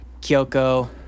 kyoko